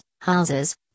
houses